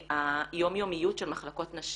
מהיום-יומיות של מחלקות נשים,